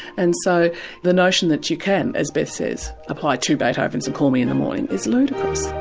and so the notion that you can, as beth says, apply two beethovens and call me in the morning, is ludicrous.